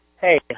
hey